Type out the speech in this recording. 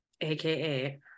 aka